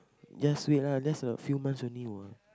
just wait lah just a few months only what